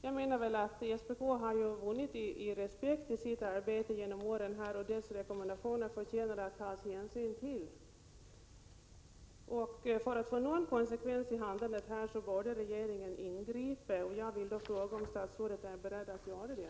Jag menar att SPK genom åren har vunnit i respekt i sitt arbete och att dess rekommendationer förtjänar att bli beaktade. För att få till stånd konsekvens i handlandet borde regeringen ingripa, och jag vill därför fråga om statsrådet är beredd att göra det.